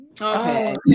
Okay